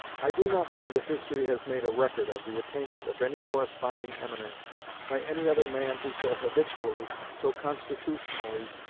i do not know that history has made a record of the attainment of any corresponding eminence by any other man who so habitually, so constitutionally,